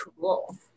Cool